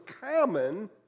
common